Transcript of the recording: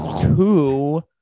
two